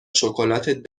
شکلات